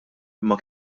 imma